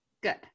Good